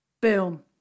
Boom